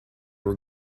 were